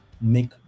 make